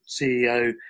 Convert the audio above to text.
CEO